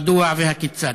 מדוע והכיצד?